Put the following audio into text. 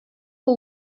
for